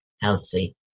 healthy